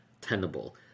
tenable